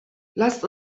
lasst